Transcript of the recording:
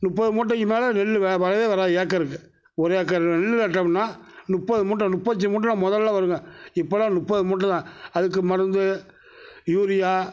முப்பது மூட்டைக்கி மேல் நெல் வரவே வராது ஏக்கருக்கு ஒரு ஏக்கர் நெல் நட்டோம்னா முப்பது மூட்டை முப்பத்தஞ்சு மூட்டை முதல்ல வருங்க இப்போல்லாம் முப்பது மூட்டைதான் அதுக்கு மருந்து யூரியா